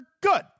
good